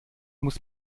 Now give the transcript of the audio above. muss